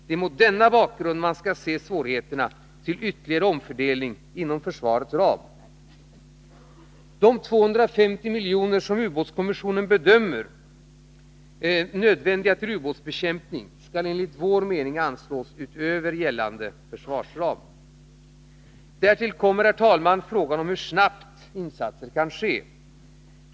Det är mot denna bakgrund man skall se svårigheterna till ytterligare omfördelning inom försvarets ram. De 250 miljoner som ubåtskommissionen bedömer vara nödvändiga till ubåtsbekämpningen skall enligt vår mening anslås utöver gällande försvarsram. Därtill kommer, herr talman, frågan om hur snabbt insatser kan ske.